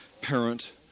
parent